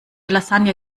lasagne